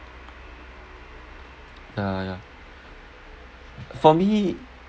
ya ya for me